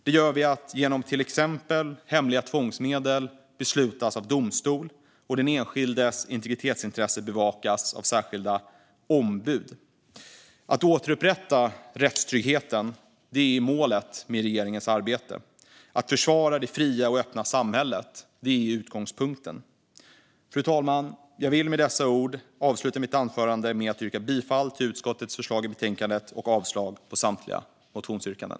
Det gör vi till exempel genom att beslut om hemliga tvångsmedel ska fattas av domstol och att den enskildes integritetsintressen bevakas av särskilda ombud. Att återupprätta rättstryggheten är målet med regeringens arbete. Att försvara det fria och öppna samhället är utgångspunkten. Fru talman! Jag vill med dessa ord avsluta mitt anförande med att yrka bifall till utskottets förslag i betänkandet och avslag på samtliga motionsyrkanden.